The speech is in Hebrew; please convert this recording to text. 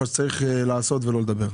שצריך לעשות ולא לדבר.